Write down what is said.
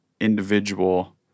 individual